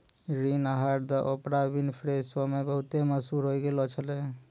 ऋण आहार the Oprah Winfrey show मे बहुते मशहूर होय गैलो छलै